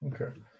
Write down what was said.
okay